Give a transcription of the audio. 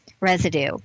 residue